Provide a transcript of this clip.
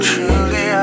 Truly